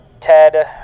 Ted